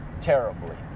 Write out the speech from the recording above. terribly